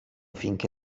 finché